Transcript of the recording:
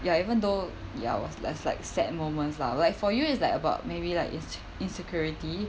ya even though ya it was less like sad moments lah like for you is like about maybe like ins~ insecurity